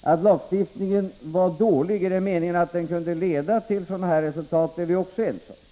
Att lagstiftningen var dålig i den meningen att den kunde leda till sådana resultat är vi också ense om.